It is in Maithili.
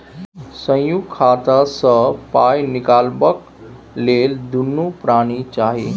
संयुक्त खाता सँ पाय निकलबाक लेल दुनू परानी चाही